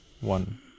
one